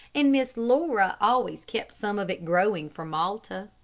and miss laura always kept some of it growing for malta.